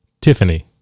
Tiffany